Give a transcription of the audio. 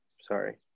Sorry